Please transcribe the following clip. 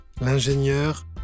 L'ingénieur